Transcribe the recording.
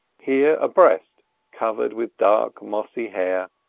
here a breast covered with dark mossy hair,